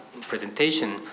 presentation